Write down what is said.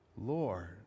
Lord